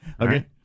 Okay